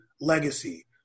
legacy